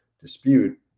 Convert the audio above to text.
dispute